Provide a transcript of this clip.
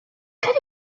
could